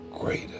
greater